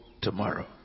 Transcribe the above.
tomorrow